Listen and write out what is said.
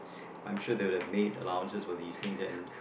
I'm sure they would have made allowance for these things and